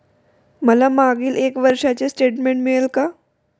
मला मागील एक वर्षाचे स्टेटमेंट मिळेल का?